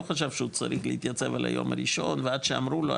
חשב שהוא צריך להתייצב על היום הראשון ועד שאמרו לו,